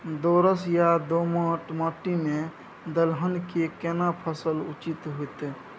दोरस या दोमट माटी में दलहन के केना फसल उचित होतै?